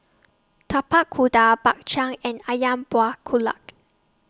Tapak Kuda Bak Chang and Ayam Buah Keluak